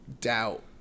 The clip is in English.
doubt